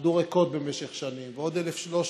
שעמדו ריקות במשך שנים ועוד 1,300,